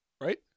right